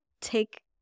take